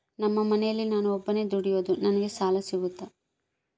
ನಮ್ಮ ಮನೆಯಲ್ಲಿ ನಾನು ಒಬ್ಬನೇ ದುಡಿಯೋದು ನನಗೆ ಸಾಲ ಸಿಗುತ್ತಾ?